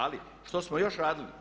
Ali što smo još radili?